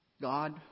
God